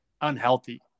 unhealthy